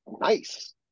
nice